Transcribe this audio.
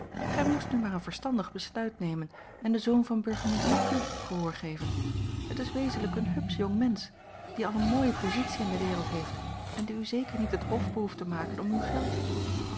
gij moest nu maar een verstandig besluit nemen en den zoon van burgemeester q gehoor geven het is wezenlijk een hupsch jongmensch die al eene mooie positie in de wereld heeft en die u zeker niet het hof behoeft te maken om uw geld